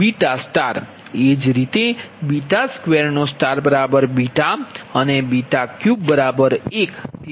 એ જ રીતે 2 β અને 3 1